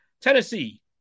Tennessee